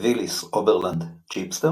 ויליס אוברלנד ג'יפסטר